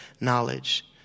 knowledge